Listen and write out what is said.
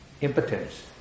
impotence